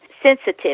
Sensitive